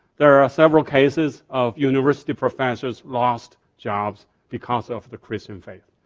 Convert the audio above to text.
there are several cases of university professors lost jobs because of the christian faith.